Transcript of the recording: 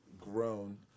grown